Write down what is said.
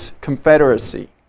Confederacy